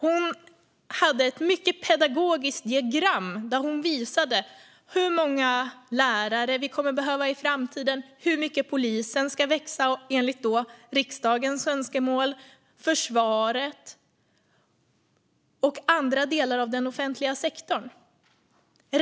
Hon hade ett mycket pedagogiskt diagram där hon visade hur många lärare vi kommer att behöva i framtiden, hur mycket polisen ska växa enligt riksdagens önskemål och hur mycket försvaret och andra delar av den offentliga sektorn ska växa.